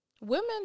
Women